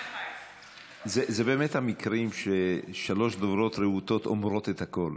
זה באמת ממהמקרים ששלוש דוברות רהוטות אומרות את הכול,